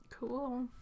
Cool